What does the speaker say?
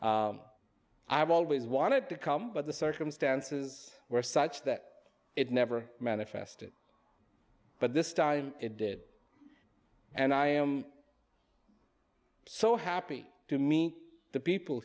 have always wanted to come but the circumstances were such that it never manifested but this time it did and i am so happy to me the people